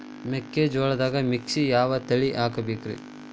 ಮೆಕ್ಕಿಜೋಳದಾಗಾ ಮಿಕ್ಸ್ ಯಾವ ಬೆಳಿ ಹಾಕಬೇಕ್ರಿ?